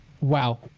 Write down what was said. wow